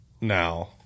Now